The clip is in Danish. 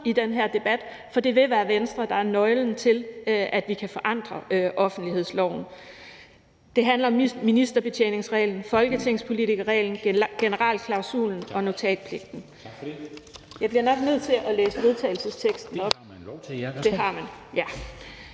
i den her debat, for det vil være Venstre, der er nøglen til, at vi kan forandre offentlighedsloven. Der handler om ministerbetjeningsreglen, folketingspolitikerreglen, generalklausulen og notatpligten